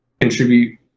contribute